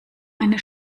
eine